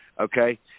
okay